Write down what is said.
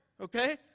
okay